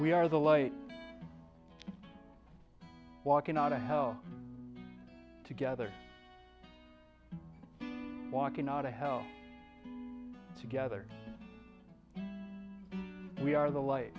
we are the light walking out of hell together walking out of house together we are the light